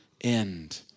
end